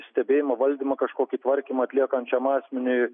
stebėjimą valdymą kažkokį tvarkymą atliekančiam asmeniui